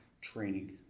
training